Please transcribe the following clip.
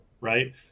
right